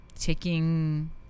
taking